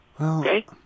Okay